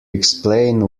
explain